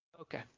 Okay